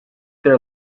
their